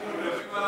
אני הולך.